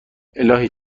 الهی